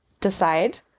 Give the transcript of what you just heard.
Decide